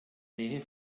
nähe